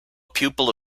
pupil